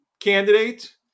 candidate